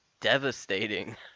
devastating